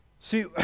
See